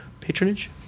Patronage